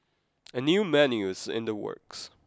a new menu is in the works